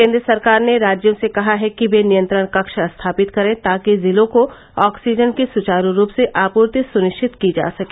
केन्द्र सरकार ने राज्यों से कहा है कि वे नियंत्रण कक्ष स्थापित करें ताकि जिलों को ऑक्सीजन की सुचारु रूप से आपूर्ति सुनिश्चित की जा सके